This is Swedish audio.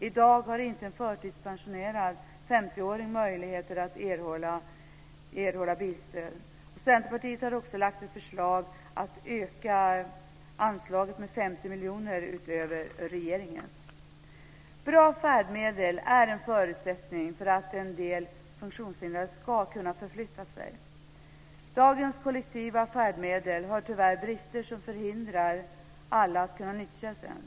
I dag har inte en förtidspensionerad 50-åring möjlighet att erhålla bilstöd. Centerpartiet har också lagt fram ett förslag om att öka anslaget med 50 miljoner utöver regeringens förslag. Bra färdmedel är en förutsättning för att en del funktionshindrade ska kunna förflytta sig. Dagens kollektiva färdmedel har tyvärr brister som förhindrar att alla kan nyttja dem.